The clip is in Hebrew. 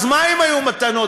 אז מה אם היו מתנות?